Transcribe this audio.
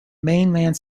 mainland